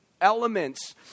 elements